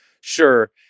Sure